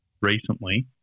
recently